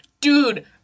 dude